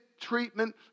treatment